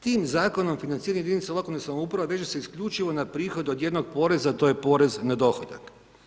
Tim zakonom financiranja jedinice lokalne samouprave, veže se isključivo na prihod od jednog poreza, a to je porez na dohodak.